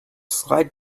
slide